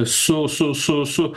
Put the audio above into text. su su su su